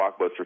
blockbuster